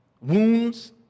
wounds